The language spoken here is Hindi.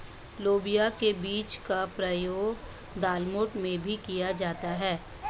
लोबिया के बीज का प्रयोग दालमोठ में भी किया जाता है